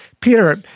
Peter